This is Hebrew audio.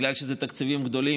בגלל שזה תקציבים גדולים,